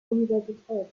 universität